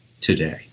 today